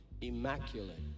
Immaculate